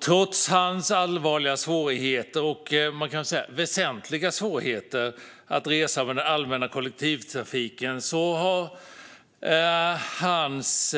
Trots hans allvarliga svårigheter - väsentliga svårigheter - att resa med den allmänna kollektivtrafiken har hans